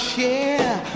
share